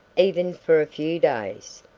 even for a few days.